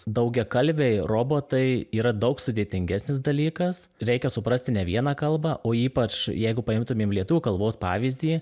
daugiakalbiai robotai yra daug sudėtingesnis dalykas reikia suprasti ne vieną kalbą o ypač jeigu paimtumėm lietuvių kalbos pavyzdį